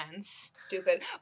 Stupid